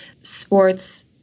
sports